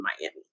miami